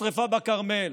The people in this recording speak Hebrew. בשרפה בכרמל.